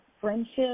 friendship